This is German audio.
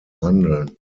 handeln